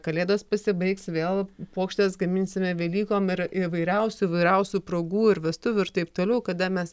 kalėdos pasibaigs vėl puokštes gaminsime velykom ir įvairiausių įvairiausių progų ir vestuvių ir taip toliau kada mes